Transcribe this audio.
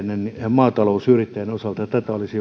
maatalousyrittäjien osalta tätä olisi